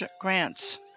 grants